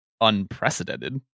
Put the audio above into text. unprecedented